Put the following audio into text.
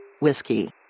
Whiskey